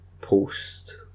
post